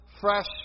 fresh